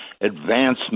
Advancement